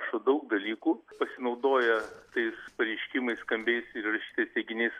su daug dalykų pasinaudoję tais pareiškimais skambiais ir reiškia teiginiais